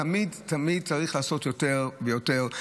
תמיד תמיד צריך לעשות יותר ויותר.